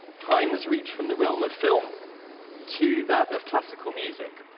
primes reach from the realm of film to that of classical music.